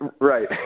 Right